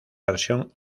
versión